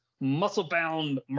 muscle-bound